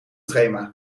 trema